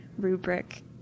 rubric